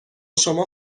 شما